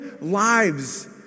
lives